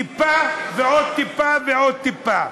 טיפה ועוד טיפה ועוד טיפה.